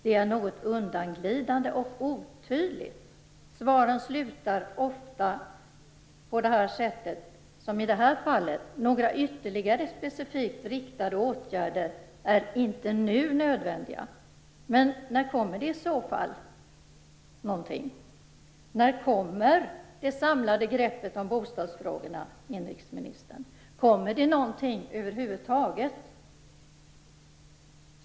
Det är något undanglidande och otydligt. Svaren slutar ofta på samma sätt som i det här fallet: "några ytterligare, specifikt riktade, åtgärder är inte nu nödvändiga". Men när kommer det i så fall någonting? När kommer det samlade greppet om bostadsfrågorna, inrikesministern? Kommer det någonting över huvud taget?